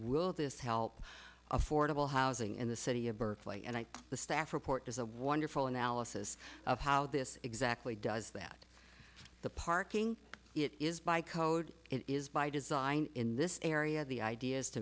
will this help affordable housing in the city of berkeley and the staff report is a wonderful analysis of how this exactly does that the parking it is by code is by design in this area the ideas